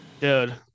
Dude